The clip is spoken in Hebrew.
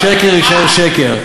השקר יישאר שקר,